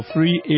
Free